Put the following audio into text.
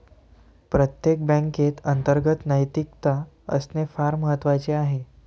प्रत्येक बँकेत अंतर्गत नैतिकता असणे फार महत्वाचे आहे